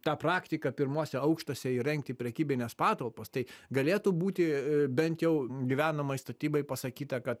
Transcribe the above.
ta praktika pirmuose aukštuose įrengti prekybines patalpas tai galėtų būti bent jau gyvenamai statybai pasakyta kad